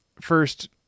first